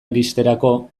iristerako